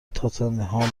تاتنهام